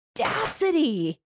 audacity